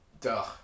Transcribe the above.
Duh